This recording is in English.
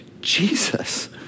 Jesus